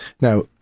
Now